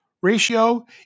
ratio